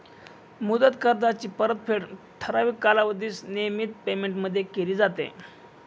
मुदत कर्जाची परतफेड ठराविक कालावधीत नियमित पेमेंटमध्ये केली जाते